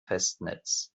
festnetz